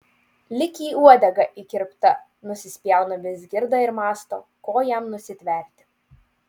lyg į uodegą įkirpta nusispjauna vizgirda ir mąsto ko jam nusitverti